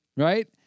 right